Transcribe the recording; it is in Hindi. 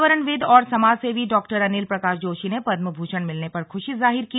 पर्यावरणविद और समाजसेवी डॉक्टर अनिल प्रकाश जोशी ने पदमभूषण मिलने पर खुशी जाहिर की